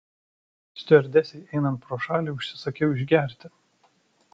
stiuardesei einant pro šalį užsisakiau išgerti